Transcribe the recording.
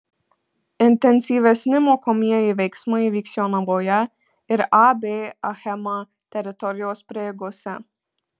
intensyvesni mokomieji veiksmai vyks jonavoje ir ab achema teritorijos prieigose